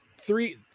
three